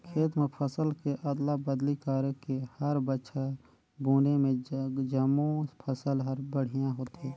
खेत म फसल के अदला बदली करके हर बछर बुने में जमो फसल हर बड़िहा होथे